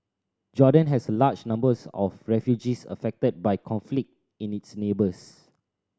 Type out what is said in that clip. Jordan has a large numbers of refugees affected by conflict in its neighbours